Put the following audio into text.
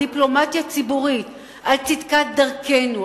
בדיפלומטיה ציבורית על צדקת דרכנו,